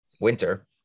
winter